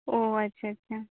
ᱚᱸᱻ ᱟᱪᱪᱷᱟ ᱟᱪᱪᱷᱟ